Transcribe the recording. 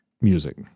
music